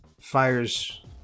fires